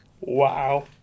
Wow